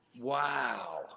Wow